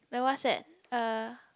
the what's that uh